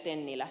tennilä